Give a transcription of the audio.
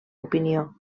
opinió